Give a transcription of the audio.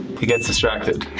he gets distracted.